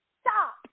stop